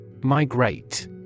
Migrate